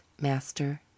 Master